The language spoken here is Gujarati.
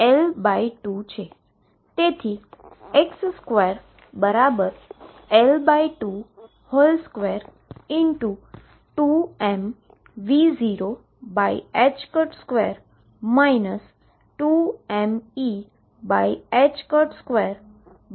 હવે XαL2 છે જે 2m2 L2 છે